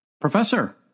Professor